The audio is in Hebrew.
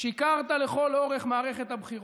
שיקרת לכל אורך מערכת הבחירות,